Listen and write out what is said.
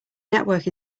network